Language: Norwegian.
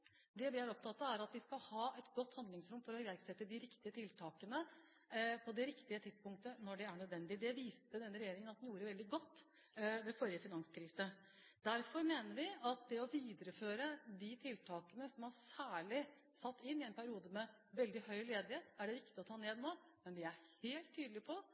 Det vi er opptatt av, er at vi skal ha et godt handlingsrom for å iverksette de riktige tiltakene på det riktige tidspunktet, og når det er nødvendig. Det viste denne regjeringen at den gjorde veldig godt ved forrige finanskrise. Derfor mener vi at de tiltakene som man særlig satte inn i en periode med veldig høy ledighet, er det riktig å ta ned nå. Men vi er helt tydelige på